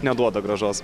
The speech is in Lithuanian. neduoda grąžos